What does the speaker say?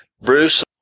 Bruce